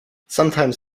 sometimes